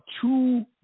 two